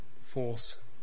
force